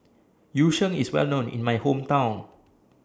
Yu Sheng IS Well known in My Hometown